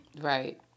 Right